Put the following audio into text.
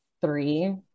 three